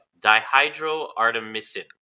dihydroartemisinin